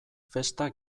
festa